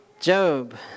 Job